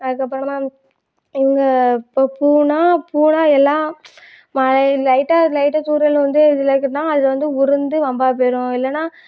அதுக்கு அப்புறமா எங்கே பூ பூவுன்னால் பூவெல்லாம் எல்லாம் மழை லைட்டாக லைட்டாக தூரல் வந்து இதில் இருக்குன்னால் அதில் வந்து உதிர்ந்து வம்பாக போயிடும் இல்லைன்னா